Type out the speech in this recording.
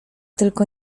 tylko